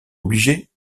obligé